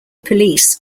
police